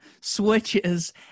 switches